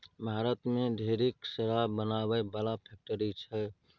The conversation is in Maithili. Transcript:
भारत मे ढेरिक शराब बनाबै बला फैक्ट्री छै